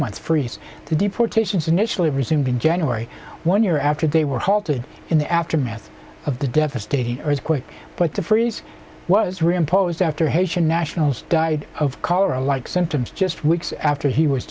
months freeze the deportations initially resumed in january one year after they were halted in the aftermath of the devastating earthquake but the freeze was reimposed after haitian nationals died of cholera like symptoms just weeks after he was